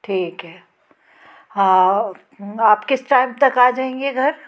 ठीक है हाओ आप के किस टाइम तक आ जाएंगे घर